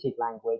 language